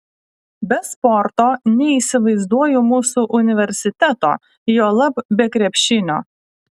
be sporto neįsivaizduoju mūsų universiteto juolab be krepšinio